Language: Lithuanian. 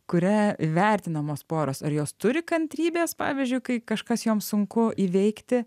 kuria vertinamos poros ar jos turi kantrybės pavyzdžiui kai kažkas joms sunku įveikti